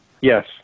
Yes